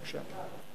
בבקשה.